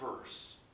verse